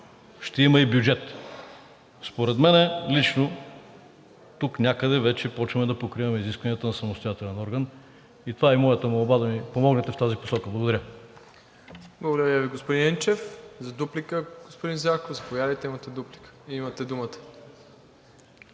ще има и бюджет. Според мен лично тук някъде вече почваме да покриваме изискванията на самостоятелен орган. Това е и моята молба: да ми помогнете в тази посока. Благодаря. ПРЕДСЕДАТЕЛ МИРОСЛАВ ИВАНОВ: Благодаря Ви, господин Енчев. За дуплика, господин Зарков, заповядайте, имате думата.